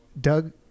Doug